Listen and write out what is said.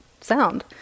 sound